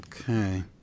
Okay